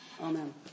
Amen